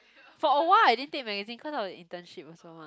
for a while I didn't take magazine cause of the internship also mah